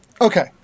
Okay